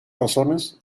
razones